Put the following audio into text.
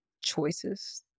choices